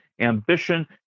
ambition